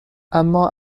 اما